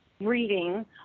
reading